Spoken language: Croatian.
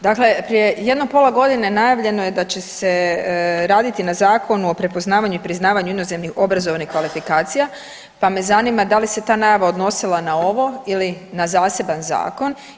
Dakle, prije jedno pola godine najavljeno je da će se raditi na Zakonu o prepoznavanju i priznavanju inozemnih obrazovnih kvalifikacija, pa me zanima da li se ta najava odnosila na ovo ili na zaseban zakon.